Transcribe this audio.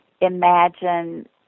Imagine